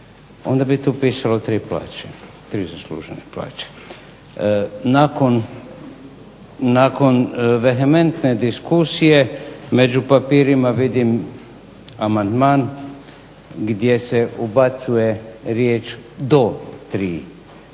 onda bi tu pisalo tri zaslužene plaće. Nakon vehementne diskusije među papirima vidim amandman gdje se ubacuje riječ do tri minimalne